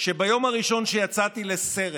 שביום הראשון שיצאתי לסרט